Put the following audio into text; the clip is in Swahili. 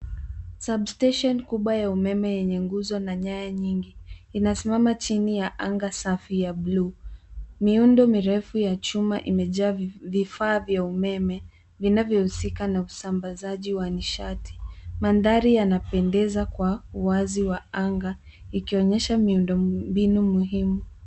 Substation kubwa ya umeme yenye nguzo na nyaya nyingi, inasimama chini ya anga safi ya buluu. Miundo mirefu ya chuma imejaa vifaa vya umeme vinavyohusika na usambazaji wa nishati. Mandhari yanapendeza kwa uwazi wa anga, ikionyesha miundo mbinu muhimu.